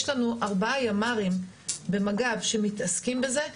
יש לנו ארבעה ימ"רים במג"ב שמתעסקים בזה.